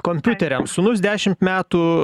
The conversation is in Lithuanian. kompiuteriams sūnus dešimt metų